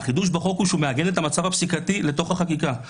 החידוש בחוק שהוא מעגן את המצב הפסיקתי לתוך החקיקה.